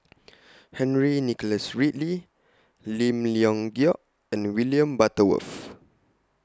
Henry Nicholas Ridley Lim Leong Geok and William Butterworth